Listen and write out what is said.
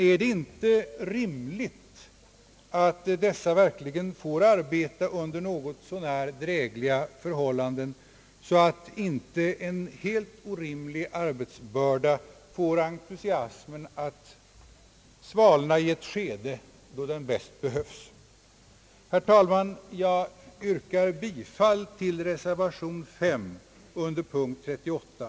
är det inte rimligt att dessa verkligen får arbeta under något så när drägliga förhållanden så att inte en helt orimlig arbetsbörda får entusiasmen att svalna i ett skede då den bäst behövs? Herr talman! Jag yrkar bifall till reservation a under punkten 38.